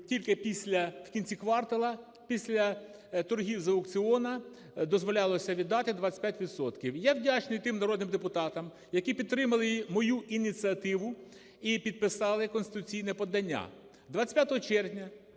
після… в кінці кварталу після торгів з аукціону дозволялося віддати 25 відсотків. Я вдячний тим народним депутатам, які підтримали мою ініціативу і підписали конституційне подання. 25 червня